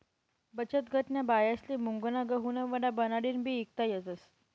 बचतगटन्या बायास्ले मुंगना गहुना वडा बनाडीन बी ईकता येतस